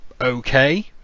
okay